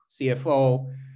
CFO